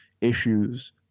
issues